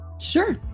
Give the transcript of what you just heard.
Sure